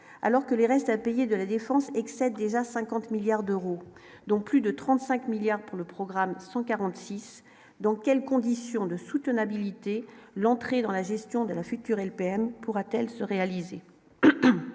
alors que le reste à payer de la Défense excède déjà 50 milliards d'euros, dont plus de 35 milliards pour le programme de 146 dans quelles conditions de soutenabilité l'entrée dans la gestion de la future LPM pourra-t-elle se réaliser,